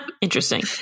interesting